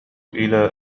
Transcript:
إلى